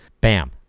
Bam